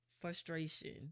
frustration